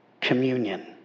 communion